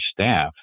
staff